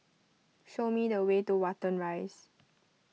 show me the way to Watten Rise